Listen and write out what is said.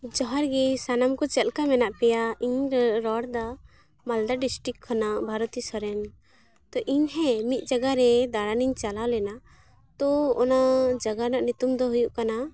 ᱡᱚᱦᱟᱨᱜᱮ ᱥᱟᱱᱟᱢᱠᱚ ᱪᱮᱫ ᱞᱮᱠᱟ ᱢᱮᱱᱟᱜ ᱯᱮᱭᱟ ᱤᱧ ᱨᱚᱲ ᱮᱫᱟ ᱢᱟᱞᱫᱟ ᱰᱤᱥᱴᱤᱠ ᱠᱷᱚᱱᱟᱜ ᱵᱷᱟᱨᱚᱛᱤ ᱥᱚᱨᱮᱱ ᱛᱳ ᱤᱧ ᱦᱮᱸ ᱢᱤᱫ ᱡᱟᱜᱟᱨᱮ ᱫᱟᱬᱟᱱᱤᱧ ᱪᱟᱞᱟᱣ ᱞᱮᱱᱟ ᱛᱚ ᱚᱱᱟ ᱡᱟᱭᱜᱟ ᱨᱮᱭᱟᱜ ᱧᱤᱛᱩᱢᱫᱚ ᱦᱩᱭᱩᱜ ᱠᱟᱱᱟ